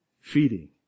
feeding